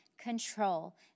control